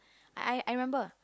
I I remember